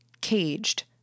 caged